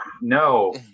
no